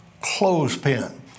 clothespin